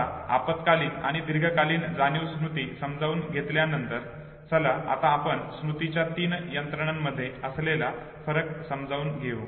आता अल्पकालीन आणि दीर्घकालीन जाणीव स्मृती समजून घेतल्यानंतर चला आता आपण स्मृतीच्या या तीन यंत्रणांमध्ये असलेला फरक समजून घेऊ